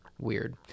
weird